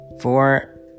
Four